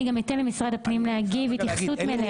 וגם אתן למשרד הפנים להגיב בהתייחסות מלאה.